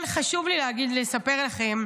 כן, חשוב לי לספר לכם.